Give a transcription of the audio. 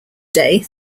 day